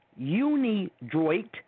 UNIDROIT